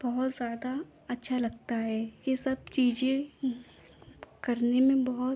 बहुत ज़्यादा अच्छा लगता है यह सब चीज़ें करने में बहुत